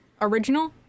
Original